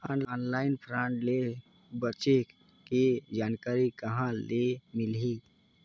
Online fraud ले बचे के जानकारी कहां ले मिलही?